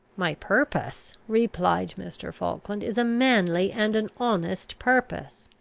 my purpose, replied mr. falkland, is a manly and an honest purpose.